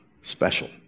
special